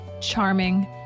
charming